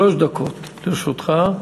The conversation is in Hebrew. שלוש דקות לרשותך.